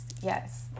yes